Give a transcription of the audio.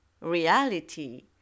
reality